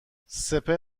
سپهر